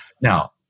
Now